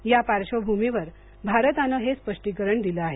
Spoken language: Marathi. या पार्श्वभूमीवर भारतानं हे स्पष्टीकरण दिलं आहे